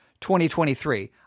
2023